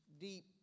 deep